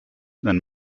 then